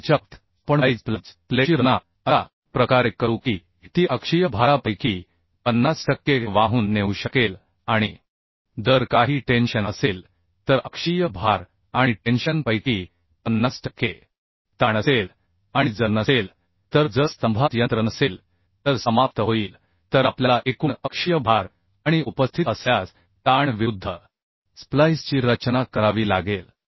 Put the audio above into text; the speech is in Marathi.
मशीन एंडच्या बाबतीत आपण प्लाईज प्लेटची रचना अशा प्रकारे करू की ती अक्षीय भारापैकी 50 टक्के वाहून नेऊ शकेल आणि जर काही टेन्शन असेल तर अक्षीय भार आणि टेन्शन पैकी 50 टक्के ताण असेल आणि जर नसेल तर जर स्तंभात यंत्र नसेल तर समाप्त होईल तर आपल्याला एकूण अक्षीय भार आणि उपस्थित असल्यास ताण विरुद्ध स्प्लाइसची रचना करावी लागेल